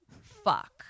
fuck